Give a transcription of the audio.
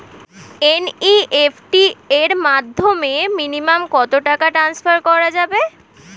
NEFT এর মাধ্যমে minimum কত টাকা টান্সফার করা যাবে?